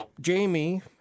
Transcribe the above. Jamie